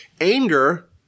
anger